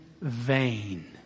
vain